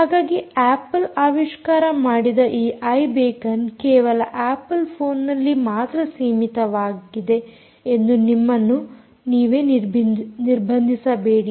ಹಾಗಾಗಿ ಆಪಲ್ ಆವಿಷ್ಕಾರ ಮಾಡಿದ ಐ ಬೇಕನ್ ಕೇವಲ ಆಪಲ್ ಫೋನ್ನಲ್ಲಿ ಮಾತ್ರ ಸೀಮಿತವಾಗಿದೆ ಎಂದು ನಿಮ್ಮನ್ನು ನೀವೇ ನಿರ್ಬಂಧಿಸಬೇಡಿ